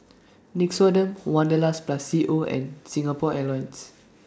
Nixoderm Wanderlust Plus C O and Singapore Airlines